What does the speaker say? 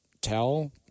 tell